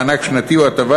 מענק שנתי או הטבה,